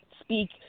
speak